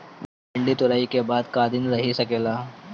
भिन्डी तुड़ायी के बाद क दिन रही सकेला?